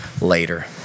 later